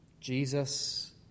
Jesus